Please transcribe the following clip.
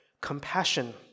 compassion